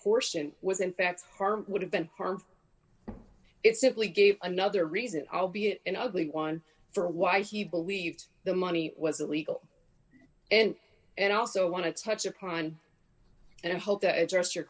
portion was in fact harm would have been harmful it simply gave another reason albeit an ugly one for a why he believed the money was illegal and and also want to touch upon and i hope to address your